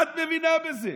מה את מבינה בזה?